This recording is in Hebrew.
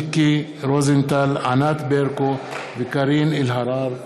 מיקי רוזנטל, ענת ברקו וקארין אלהרר בנושא: